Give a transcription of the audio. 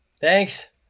Thanks